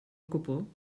gwbl